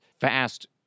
fast